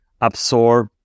absorb